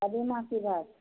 कदीमा कि भाव